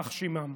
יימח שמם.